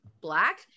black